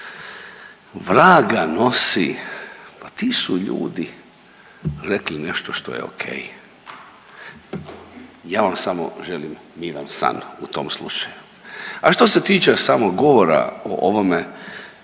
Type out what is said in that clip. vrag ga nosi, pa ti su ljudi rekli nešto što je ok. Ja vam samo želim miran san u tom slučaju. A što se tiče samog govora o ovome